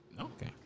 okay